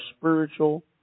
spiritual